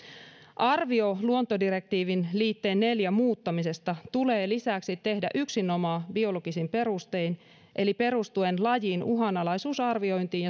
arvio luontodirektiivin liitteen neljä muuttamisesta tulee lisäksi tehdä yksinomaan biologisin perustein eli perustuen lajin uhanalaisuusarviointiin